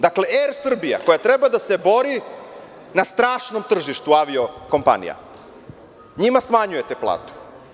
Dakle, „ER Srbija“ koja treba da se bori na strašnom tržištu avio-kompanija, njima smanjujete platu.